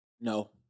No